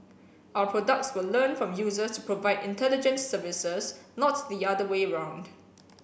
our products will learn from users to provide intelligent services not the other way around